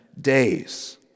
days